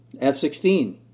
F-16